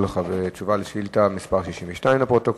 לביתן בקו 998 שיוצא מקריית-אתא ועובר ברכסים בדרכו לבני-ברק.